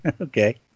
Okay